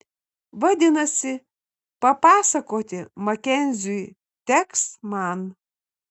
vadinasi papasakoti makenziui teks man